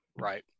right